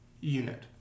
unit